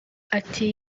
ati